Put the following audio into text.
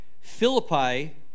Philippi